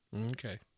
Okay